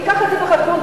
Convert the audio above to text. תיקח את זה בחשבון,